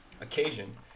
occasion